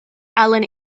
alan